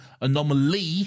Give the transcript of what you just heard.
Anomaly